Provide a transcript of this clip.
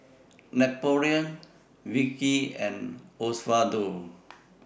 Napoleon Vicki and Osvaldo